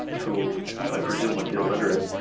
who i presume was illiterate,